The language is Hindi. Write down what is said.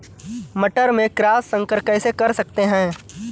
मटर में क्रॉस संकर कैसे कर सकते हैं?